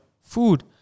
food